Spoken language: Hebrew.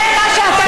זה מה שאתם עושים?